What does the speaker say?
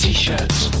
T-shirts